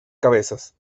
cabezas